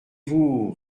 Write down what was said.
vous